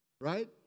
right